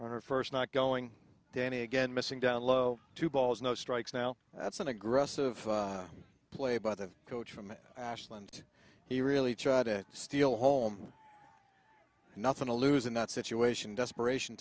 on her first not going down again missing down low two balls no strikes now that's an aggressive play by the coach from ashland he really tried to steal home nothing to lose in that situation desperation